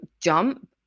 jump